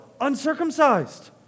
uncircumcised